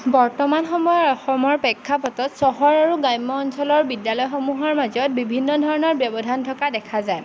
বৰ্তমান সময়ৰ অসমৰ প্ৰেক্ষাপটত চহৰ আৰু গ্ৰাম্য অঞ্চলৰ বিদ্যালয়সমূহৰ মাজত বিভিন্ন ধৰণৰ ব্যৱধান থকা দেখা যায়